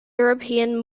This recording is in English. european